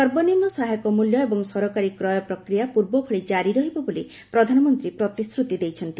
ସର୍ବନିମ୍ନ ସହାୟକ ମୂଲ୍ୟ ଏବଂ ସରକାରୀ କ୍ରୟ ପ୍ରକ୍ରିୟା ପୂର୍ବଭଳି କାରି ରହିବ ବୋଲି ପ୍ରଧାନମନ୍ତ୍ରୀ ପ୍ରତିଶ୍ଚିତ ଦେଇଛନ୍ତି